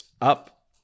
up